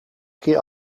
keer